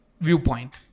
viewpoint